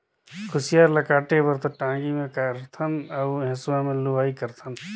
कुसियार ल काटे बर तो टांगी मे कारथन अउ हेंसुवा में लुआई करथन